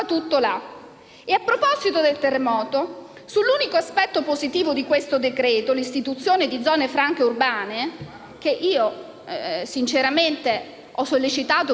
A proposito del terremoto, l'unico aspetto positivo di questo decreto-legge è l'istituzione di zone franche urbane, che io sinceramente ho sollecitato più volte.